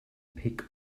peak